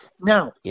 Now